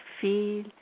feel